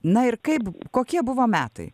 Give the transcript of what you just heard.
na ir kaip kokie buvo metai